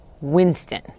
Winston